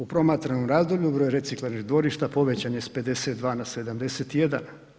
U promatranom razdoblju broj reciklarnih dvorišta povećan je s 52 na 71.